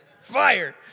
Fire